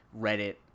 Reddit